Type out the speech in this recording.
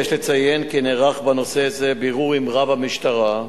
יש לציין כי נערך בנושא זה בירור עם רב המשטרה,